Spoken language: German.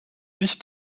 nicht